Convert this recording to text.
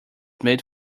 made